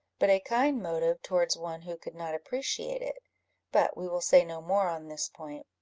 but a kind motive towards one who could not appreciate it but we will say no more on this point.